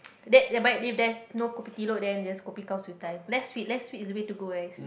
that but if there is no kopi then just kopi gao sui dai less sweet less sweet is the way to go